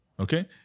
Okay